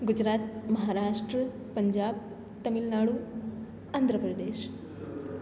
Gujarat Maharashtra Punjab Tamil Nadu Andhra Pradesh